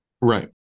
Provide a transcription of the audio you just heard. right